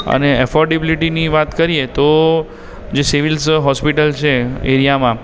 અને અફોર્ડેબિલિટીની વાત કરીએ તો જે સિવિલ હૉસ્પિટલ છે એરિયામાં